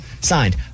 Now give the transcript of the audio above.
Signed